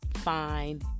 fine